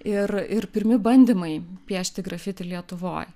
ir ir pirmi bandymai piešti grafiti lietuvoj